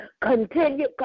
Continue